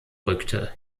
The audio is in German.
rückte